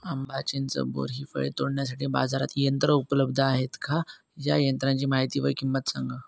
आंबा, चिंच, बोर हि फळे तोडण्यासाठी बाजारात यंत्र उपलब्ध आहेत का? या यंत्रांची माहिती व किंमत सांगा?